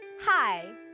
Hi